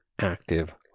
active